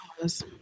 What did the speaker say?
cause